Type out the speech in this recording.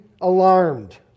alarmed